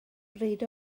bryd